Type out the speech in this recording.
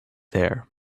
there